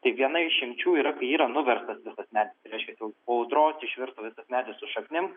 tai viena išimčių yra kai yra nuverstas visas medis reiškias jau po audros išvirto visas medis su šaknim